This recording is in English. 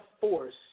force